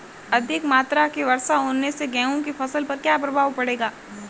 अधिक मात्रा की वर्षा होने से गेहूँ की फसल पर क्या प्रभाव पड़ेगा?